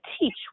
teach